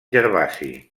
gervasi